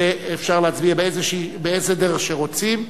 אפשר להצביע באיזו דרך שרוצים.